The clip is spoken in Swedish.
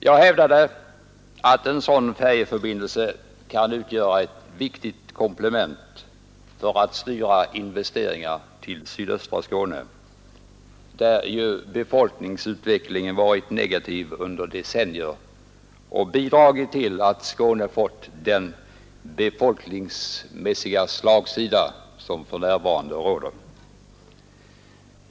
Jag hävdade, att en sådan färjeförbindelse kan utgöra ett viktigt komplement för att styra investeringar till sydöstra Skåne, där befolkningsutvecklingen varit negativ under decennier och bidragit till att Skåne fått den befolkningsmässiga slagsida som för närvarande råder.